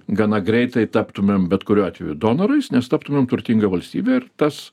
gana greitai taptumėm bet kuriuo atveju donorais nes taptumėm turtinga valstybė ir tas